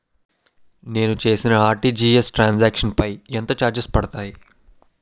నేను చేసిన RTGS transaction లో పై ఎంత చార్జెస్ పడతాయి?